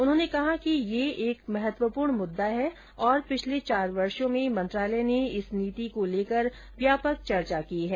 उन्होंने कहा कि यह एक महत्वपूर्ण मुद्दा है और पिछले चार वर्षो में मंत्रालय ने इस नीति को लेकर व्यापक चर्चा की है